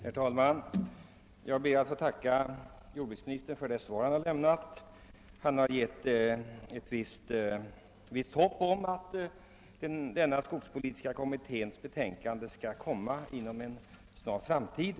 Herr talman! Jag ber att få tacka jordbruksministern för det svar han här lämnat. Han har givit ett visst hopp om att skogspolitiska kommitténs betänkande kommer att presenteras inom en snar framtid.